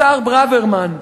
השר ברוורמן,